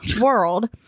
World